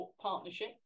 Partnership